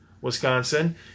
Wisconsin